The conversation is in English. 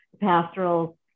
pastoral